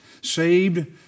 saved